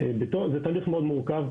זה תהליך מורכב מאוד,